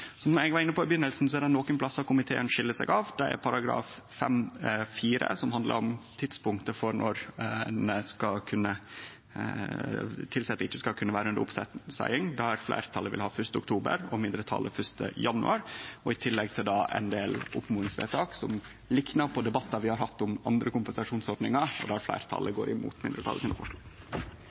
når tilsette ikkje skal kunne vere under oppseiing, der fleirtalet vil ha 1. oktober og mindretalet 1. januar. I tillegg gjeld det ein del oppmodingsvedtak som liknar på debattar vi har hatt om andre kompensasjonsordningar, og der fleirtalet går imot